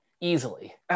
easily